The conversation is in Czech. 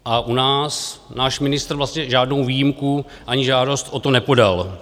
A u nás náš ministr vlastně žádnou výjimku ani žádost o to nepodal.